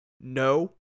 No